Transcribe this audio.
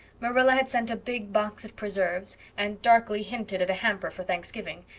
marilla had sent a big box of preserves, and darkly hinted at a hamper for thanksgiving,